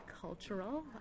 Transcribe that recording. cultural